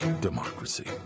democracy